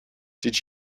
did